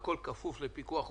והכול בכפוף לפיקוח ולבקרה.